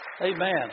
Amen